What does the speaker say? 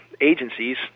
agencies